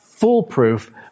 foolproof